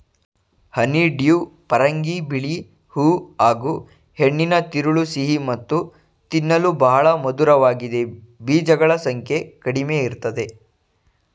honeydew ಪರಂಗಿ ಬಿಳಿ ಹೂ ಹಾಗೂಹೆಣ್ಣಿನ ತಿರುಳು ಸಿಹಿ ಮತ್ತು ತಿನ್ನಲು ಬಹಳ ಮಧುರವಾಗಿದೆ ಬೀಜಗಳ ಸಂಖ್ಯೆ ಕಡಿಮೆಇರ್ತದೆ